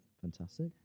Fantastic